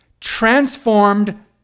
Transformed